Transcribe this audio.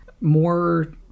more